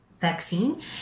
vaccine